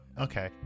Okay